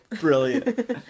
Brilliant